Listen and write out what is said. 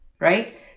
right